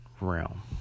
realm